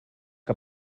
que